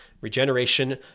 regeneration